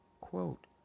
Quote